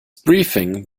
briefing